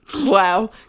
Wow